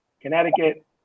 Connecticut